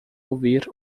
ouvir